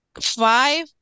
five